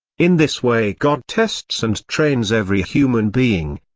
in this way god tests and trains every human being.